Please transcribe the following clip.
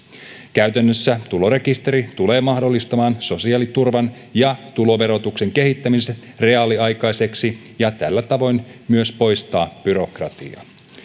käytännössä tulorekisteri tulee mahdollistamaan sosiaaliturvan ja tuloverotuksen kehittämisen reaaliaikaiseksi ja tällä tavoin myös poistaa byrokratiaa